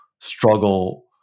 struggle